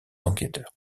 enquêteurs